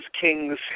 kings